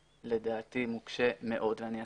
לדעתי זה נוקשה מאוד ואני אסביר.